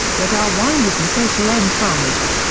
le darwinisme social en france.